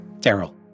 Daryl